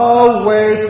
away